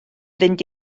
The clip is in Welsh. fynd